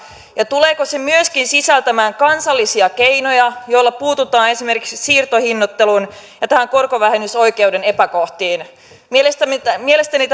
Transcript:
ja tuleeko se myöskin sisältämään kansallisia keinoja joilla puututaan esimerkiksi siirtohinnoittelun ja korkovähennysoikeuden epäkohtiin mielestäni